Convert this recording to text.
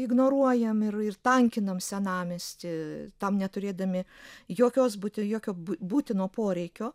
ignoruojam ir ir tankinam senamiestį tam neturėdami jokios būti jokio bū būtino poreikio